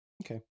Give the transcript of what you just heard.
Okay